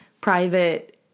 private